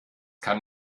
kann